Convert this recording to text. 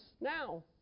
now